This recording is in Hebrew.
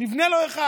נבנה לו אחד.